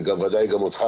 וודאי גם אותך,